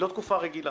היא לא תקופה רגילה.